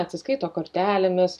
atsiskaito kortelėmis